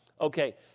Okay